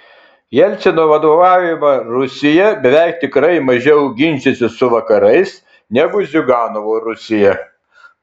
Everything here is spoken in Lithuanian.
jelcino vadovaujama rusija beveik tikrai mažiau ginčysis su vakarais negu ziuganovo rusija